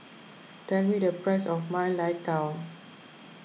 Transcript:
tell me the price of Ma Lai Gao